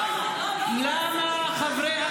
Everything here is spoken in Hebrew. לא, לא, לא כועסים.